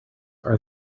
are